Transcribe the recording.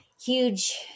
huge